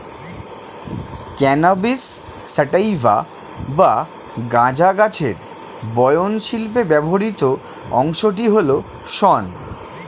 cannabis sativa বা গাঁজা গাছের বয়ন শিল্পে ব্যবহৃত অংশটি হল শন